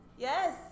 Yes